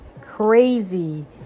crazy